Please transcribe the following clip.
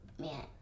man